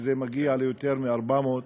שזה מגיע ליותר מ-400,